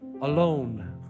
alone